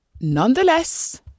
Nonetheless